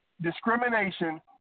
discrimination